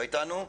היא לא איתנו.